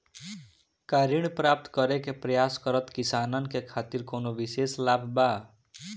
का ऋण प्राप्त करे के प्रयास करत किसानन के खातिर कोनो विशेष लाभ बा